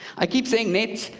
i keep saying, nets,